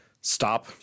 stop